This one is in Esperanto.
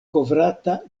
kovrata